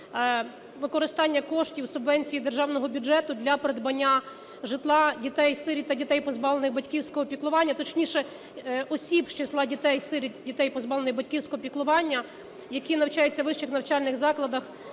використання коштів субвенції державного бюджету для придбання житла дітей-сиріт та дітей, позбавлених батьківського піклування, точніше, осіб з числа дітей-сиріт і дітей, позбавлених батьківського піклування, які навчаються у вищих навчальних закладах,